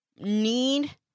need